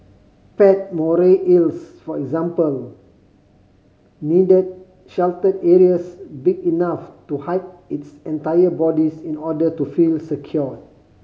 pet moray eels for example need the sheltered areas big enough to hide its entire bodies in order to feel secure